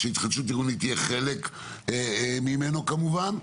שהתחדשות עירונית יהיה חלק ממנו כמובן,